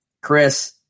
Chris